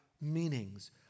meanings